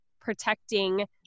protecting